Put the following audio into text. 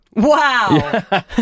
Wow